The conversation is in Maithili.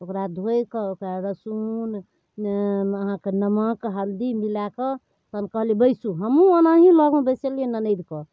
ओकरा धोइकऽ ओकरा लहसुन अहाँके नमक हल्दी मिलाकऽ तहन कहलिए बैसू हम ओनाहिए लगमे बैसेलिए ननदिके